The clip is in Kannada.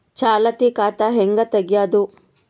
ಚಾಲತಿ ಖಾತಾ ಹೆಂಗ್ ತಗೆಯದು?